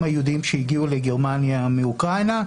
היהודיים שהגיעו לגרמניה מאוקראינה.